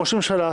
ראש הממשלה,